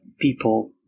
people